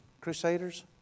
Crusaders